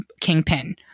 kingpin